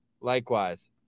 likewise